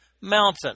mountain